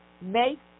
make